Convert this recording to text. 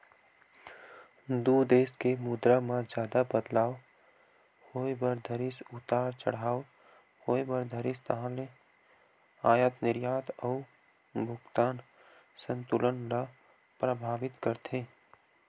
दू देस के मुद्रा म जादा बदलाव होय बर धरिस उतार चड़हाव होय बर धरिस ताहले अयात निरयात अउ भुगतान संतुलन ल परभाबित करथे